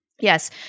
Yes